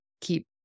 keep